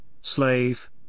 slave